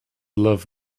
love